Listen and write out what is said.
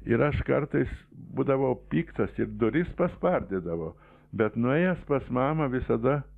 ir aš kartais būdavau piktas ir duris paspardydavo bet nuėjęs pas mamą visada